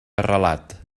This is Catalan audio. arrelat